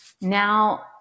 Now